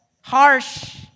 harsh